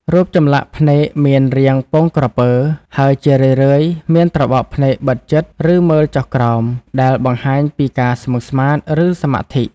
រូបចម្លាក់ភ្នែកមានរាង ពងក្រពើ ហើយជារឿយៗមានត្របកភ្នែកបិទជិត ឬមើលចុះក្រោម ដែលបង្ហាញពីការស្មឹងស្មាត ឬសមាធិ។